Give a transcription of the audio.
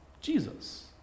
Jesus